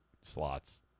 slots